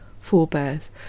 forebears